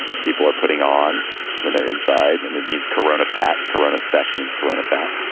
people are putting on when they're inside. and it means corona fat corona spec means corona fat.